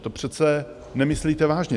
To přece nemyslíte vážně!